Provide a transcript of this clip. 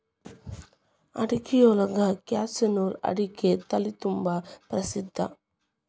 ಅಡಿಕಿಯೊಳಗ ಕ್ಯಾಸನೂರು ಅಡಿಕೆ ತಳಿತುಂಬಾ ಪ್ರಸಿದ್ಧ